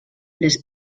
les